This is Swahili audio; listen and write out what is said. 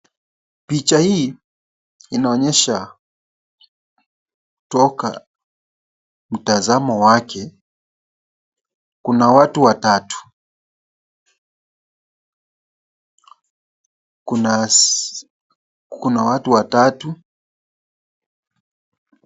Picha hii inaonyesha kutoka mtazamo wake kuna watu watatu.